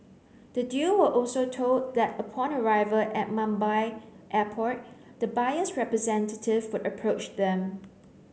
the duo were also told that upon arrival at Mumbai Airport the buyer's representative would approach them